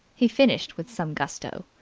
he finished with some gusto.